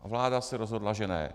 A vláda se rozhodla, že ne.